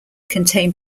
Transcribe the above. contain